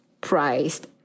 priced